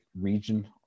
region